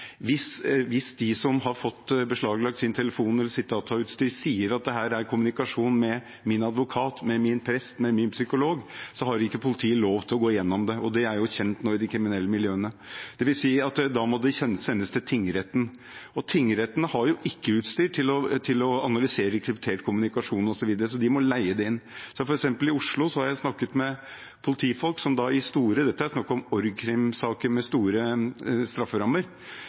hvis de som har fått beslaglagt sin telefon eller sitt datautstyr, sier: Dette er kommunikasjon med min advokat, med min prest, med min psykolog. Det er nå kjent i de kriminelle miljøene. Det vil si at da må det sendes til tingretten, og tingretten har jo ikke utstyr til å analysere kryptert kommunikasjon osv., så de må leie det inn. For eksempel i Oslo har jeg snakket med politifolk som i store saker – dette er snakk om saker med store strafferammer